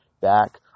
back